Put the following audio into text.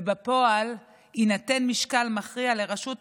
ובפועל יינתן משקל מכריע לרשות אחת,